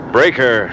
Breaker